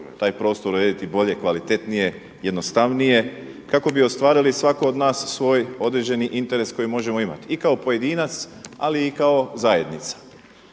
taj prostor urediti bolje, kvalitetnije, jednostavnije kako bi ostvarili svako od nas svoj određeni interes koji možemo imati i kao pojedinac, ali i kao zajednica.